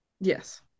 Yes